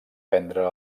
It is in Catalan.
prendre